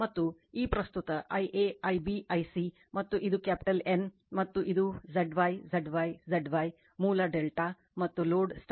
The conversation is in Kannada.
ಮತ್ತು ಈ ಪ್ರಸ್ತುತ I a Ib I c ಮತ್ತು ಇದು ಕ್ಯಾಪಿಟಲ್ N ಮತ್ತು ಇದು Zy Zy Zy ಮೂಲ ∆ ಮತ್ತು ಲೋಡ್ ಆಗಿದೆ